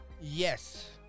Yes